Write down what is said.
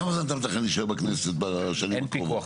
כמה זמן אתה מתכנן להישאר בכנסת בשנים הקרובות?